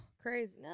Crazy